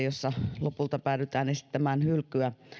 jossa lopulta päädytään esittämään hylkyä